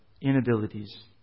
inabilities